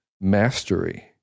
mastery